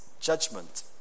judgment